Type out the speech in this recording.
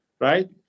Right